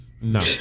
no